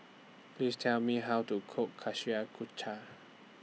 Please Tell Me How to Cook